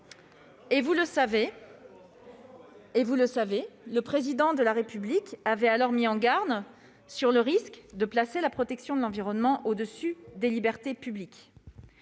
3.Et, vous le savez, le Président de la République avait alors mis en garde sur le risque de « placer la protection de l'environnement au-dessus des libertés publiques